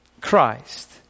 Christ